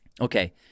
Okay